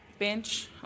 bench